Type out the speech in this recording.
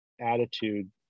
attitude